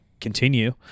continue